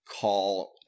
call